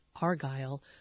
Argyle